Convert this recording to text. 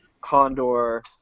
Condor